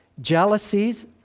jealousies